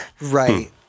right